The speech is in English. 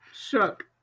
shook